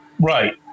Right